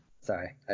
Sorry